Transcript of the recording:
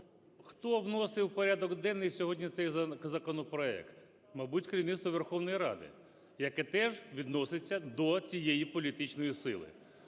Хто вносив в порядок денний сьогодні цей законопроект? Мабуть, керівництво Верховної Ради, яке теж відноситься до цієї політичної сили.